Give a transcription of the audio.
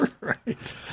right